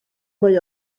mwy